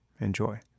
Enjoy